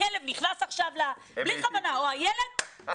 הכלב או הילד נכנסים עכשיו,